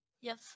Yes